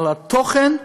על התוכן,